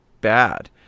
bad